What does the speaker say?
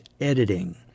editing